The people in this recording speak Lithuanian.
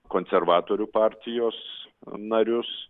konservatorių partijos narius